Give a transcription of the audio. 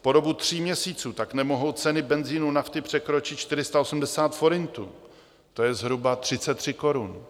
Po dobu tří měsíců tak nemohou ceny benzinu, nafty překročit 480 forintů, to je zhruba 33 korun.